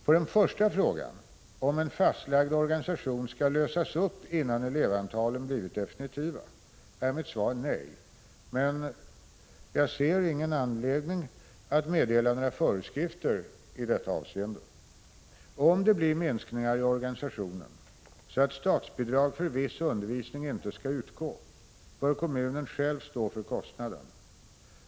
På den första frågan — om en fastlagd organisation skall lösas upp innan elevantalen blivit definitiva — är mitt svar nej, men jag ser inte någon anledning att meddela några föreskrifter i detta avseende. Om det blir minskningar i organisationen, så att statsbidrag för viss undervisning inte skall utgå, bör kommunen själv stå för kostnaden.